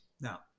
Now